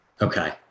okay